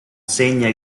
segna